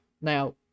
Now